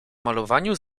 malowaniu